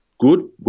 good